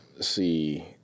see